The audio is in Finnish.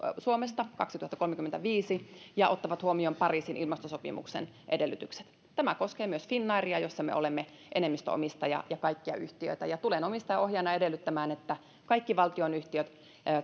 suomesta kaksituhattakolmekymmentäviisi ja ottavat huomioon pariisin ilmastosopimuksen edellytykset tämä koskee myös finnairia jossa me olemme enemmistöomistaja ja kaikkia yhtiöitä ja tulen omistajaohjaajana edellyttämään että kaikki valtionyhtiöt